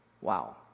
Wow